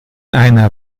einer